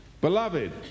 Beloved